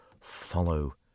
Follow